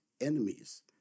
enemies